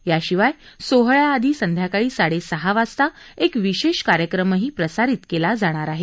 याशिवाय सोहळ्याआधी संध्याकाळी साडेसहा वाजता एक विशेष कार्यक्रमही प्रसारीत केला जाणार आहे